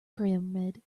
pyramid